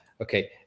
Okay